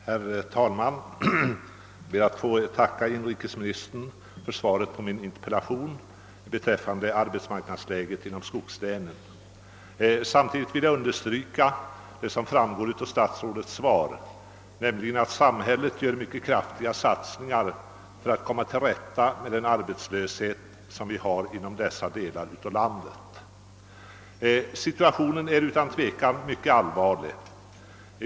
Herr talman! Jag ber att få tacka inrikesministern för svaret på min interpellation angående arbetsmarknadsläget inom skogslänen, vilket just nu upplevs som ett brännande samhällsproblem för befolkningen i dessa län. Samtidigt vill jag understryka det som framgår av statsrådets svar, nämligen att samhället gör mycket kraftiga satsningar för att komma till rätta med den arbetslöshet, som vi har inom dessa delar av landet. Situationen är utan tvekan mycket allvarlig.